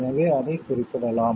எனவே அதை குறிப்பிடலாம்